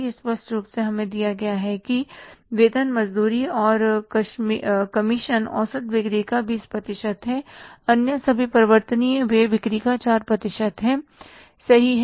यह स्पष्ट रूप से हमें दिया गया है कि वेतन मजदूरी और कमीशन औसत बिक्री का 20 प्रतिशत है अन्य सभी परिवर्तनीय व्यय बिक्री का 4 प्रतिशत है सही है